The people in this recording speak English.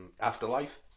afterlife